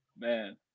man